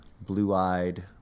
blue-eyed